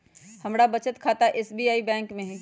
हमर बचत खता एस.बी.आई बैंक में हइ